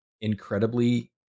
incredibly